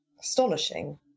astonishing